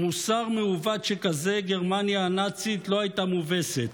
עם מוסר מעוות כזה גרמניה הנאצית לא הייתה מובסת.